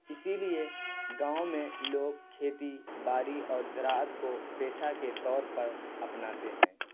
اسی لیے گاؤں میں لوگ کھیتی باڑی اور زراعت کو پیشہ کے طور پر اپناتے ہیں